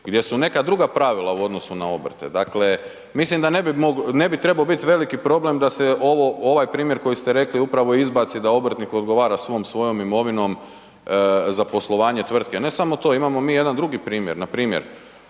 gdje su neka druga pravila u odnosu na obrte. Dakle, mislim da ne bi trebao biti veliki problem da se ovaj primjer koji ste rekli upravo izbaci da obrtnik odgovara svom svojom imovinom za poslovanje tvrtke. Ne samo to, imamo mi jedan drugi primjer.